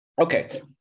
okay